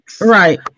Right